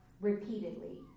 repeatedly